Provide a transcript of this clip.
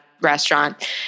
restaurant